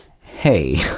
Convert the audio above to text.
hey